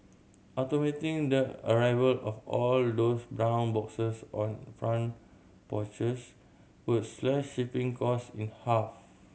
automating the arrival of all those brown boxes on front porches would slash shipping cost in half